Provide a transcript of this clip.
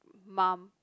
mum